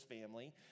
family